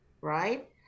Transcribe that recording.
right